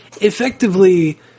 effectively